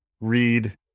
read